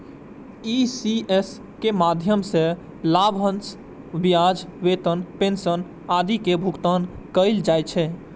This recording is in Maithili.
ई.सी.एस के माध्यम सं लाभांश, ब्याज, वेतन, पेंशन आदिक भुगतान कैल जाइ छै